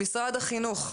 למשרד החינוך,